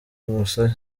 umusaya